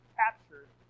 captured